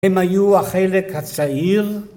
הם היו החלק הצעיר